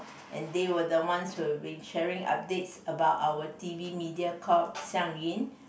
and they were the ones would be share updates about our t_v Mediacorp Xiang-Yun